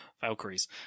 Valkyries